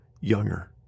younger